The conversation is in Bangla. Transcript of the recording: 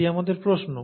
এটি আমাদের প্রশ্ন